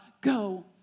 go